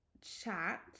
chat